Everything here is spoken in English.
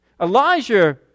Elijah